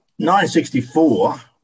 1964